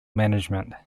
management